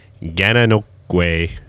Gananoque